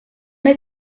est